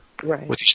Right